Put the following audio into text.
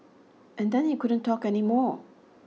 and then he couldn't talk anymore